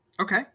Okay